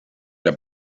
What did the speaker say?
der